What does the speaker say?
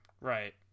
Right